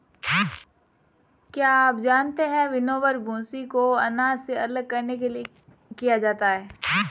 क्या आप जानते है विनोवर, भूंसी को अनाज से अलग करने के लिए किया जाता है?